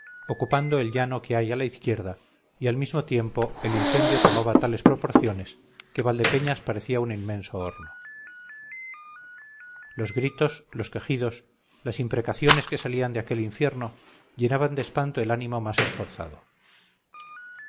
ocupando el llano que hay a la izquierda y al mismo tiempo el incendio tomaba tales proporciones que valdepeñas parecía un inmenso horno los gritos los quejidos las imprecaciones que salían de aquel infierno llenaban de espanto el ánimo más esforzado